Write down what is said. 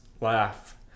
laugh